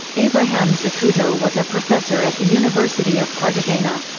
abraham zacuto was a professor at the university of cartagena.